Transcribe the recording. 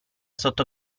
sotto